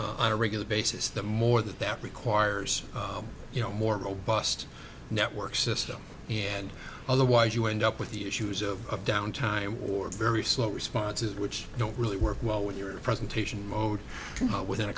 on a regular basis the more that that requires you know more robust network system and otherwise you end up with the issues of down time or very slow responses which don't really work well with your presentation mode within a